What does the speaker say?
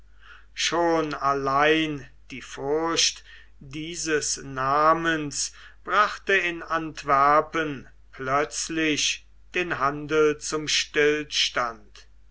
schon allein die furcht dieses namens brachte in antwerpen plötzlich den handel zum stillstand